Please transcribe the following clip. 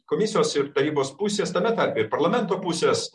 komisijos ir tarybos pusės tame tarpe ir parlamento pusės